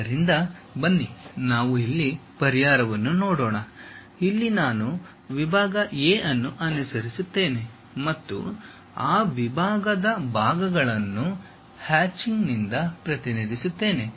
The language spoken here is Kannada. ಆದ್ದರಿಂದ ಬನ್ನೀ ನಾವು ಇಲ್ಲಿ ಪರಿಹಾರವನ್ನು ನೋಡೋಣ ಇಲ್ಲಿ ನಾನು ವಿಭಾಗ A ಅನ್ನು ಆರಿಸುತ್ತೇನೆ ಮತ್ತು ಆ ವಿಭಾಗದ ಭಾಗಗಳನ್ನು ಹ್ಯಾಚಿಂಗ್ನಿಂದ ಪ್ರತಿನಿದಿಸುತ್ತೆನೆ